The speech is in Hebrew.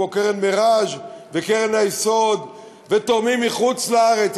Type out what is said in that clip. כמו קרן מיראז' וקרן היסוד ותורמים מחוץ-לארץ,